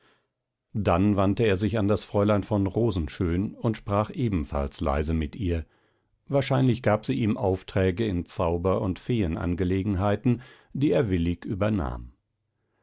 dann wandte er sich an das fräulein von rosenschön und sprach ebenfalls leise mit ihr wahrscheinlich gab sie ihm aufträge in zauber und feen angelegenheiten die er willig übernahm